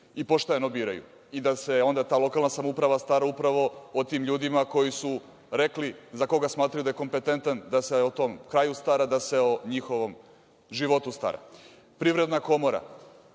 i pošteno biraju, te da se onda ta lokalna samouprava stara upravo o tim ljudima koji su rekli za koga smatraju da je kompetentan da se o tom kraju stara, da se o njihovom životu stara. Privredna komora,